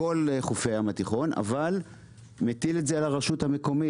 בכל חופי הים התיכון אבל מטיל את זה על הרשות המקומית.